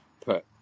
put